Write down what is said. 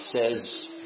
says